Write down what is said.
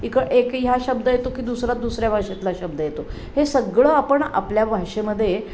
इकडं एक ह्या शब्द येतो की दुसरा दुसऱ्या भाषेतला शब्द येतो हे सगळं आपण आपल्या भाषेमध्ये